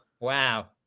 Wow